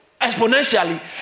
exponentially